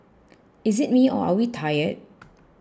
is it me or are we tired